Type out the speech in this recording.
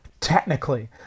technically